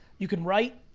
you can write,